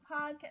podcast